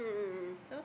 so